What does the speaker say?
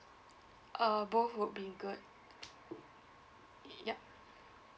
uh both would be good ya